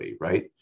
right